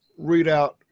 readout